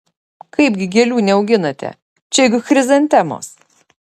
kaipgi gėlių neauginate čia juk chrizantemos